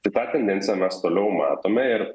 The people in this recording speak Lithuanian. tai tą tendenciją mes toliau matome ir